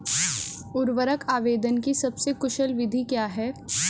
उर्वरक आवेदन की सबसे कुशल विधि क्या है?